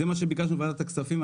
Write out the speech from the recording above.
זה מה שביקשנו בוועדת הכספים.